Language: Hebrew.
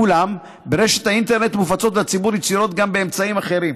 אולם ברשת האינטרנט מופצות לציבור יצירות גם באמצעים אחרים,